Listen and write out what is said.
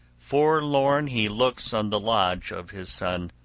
forlorn he looks on the lodge of his son,